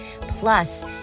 Plus